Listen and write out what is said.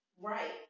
Right